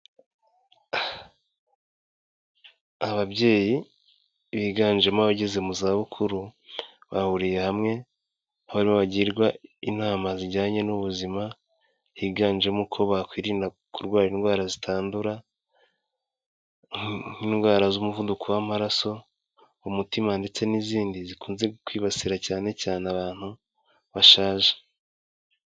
Ababyeyi biganjemo abageze mu zabukuru bahuriye hamwe, aho barimo bagirwa inama zijyanye n'ubuzima higanjemo ko bakwirinda kurwara indwara zitandura nk'indwara z'umuvuduko w'amaraso, umutima ndetse n'izindi zikunze kwibasira cyane cyane abantu bashaje.